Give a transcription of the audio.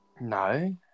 No